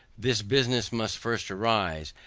this business must first arise,